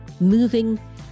moving